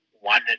one